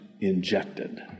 injected